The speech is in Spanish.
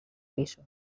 piso